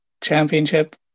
Championship